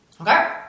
Okay